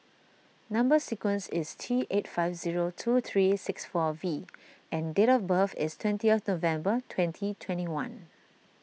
Number Sequence is T eight five zero two three six four V and date of birth is twenty November twenty twenty one